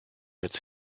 its